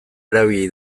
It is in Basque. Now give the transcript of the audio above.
erabili